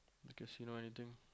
you can see now anything